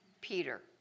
Peter